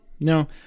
no